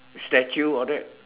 statue all that